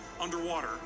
underwater